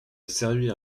servir